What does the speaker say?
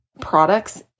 products